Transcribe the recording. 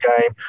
game